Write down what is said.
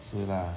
是啦